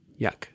Yuck